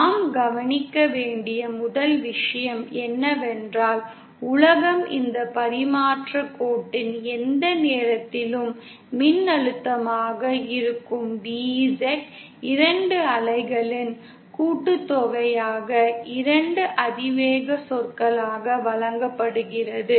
நாம் கவனிக்க வேண்டிய முதல் விஷயம் என்னவென்றால் உலகம் இந்த பரிமாற்றக் கோட்டின் எந்த நேரத்திலும் மின்னழுத்தமாக இருக்கும் VZ 2 அலைகளின் கூட்டுத்தொகையாக 2 அதிவேக சொற்களாக வழங்கப்படுகிறது